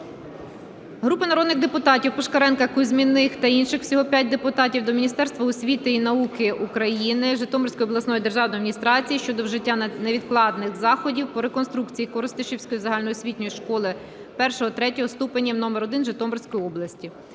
Групи народних депутатів (Пушкаренка, Кузьміних та інших. Всього 5 депутатів) до Міністерства освіти і науки України, Житомирської обласної державної адміністрації щодо вжиття невідкладних заходів по реконструкції Коростишівської загальноосвітньої школи І-ІІІ ступенів № 1 Житомирської області.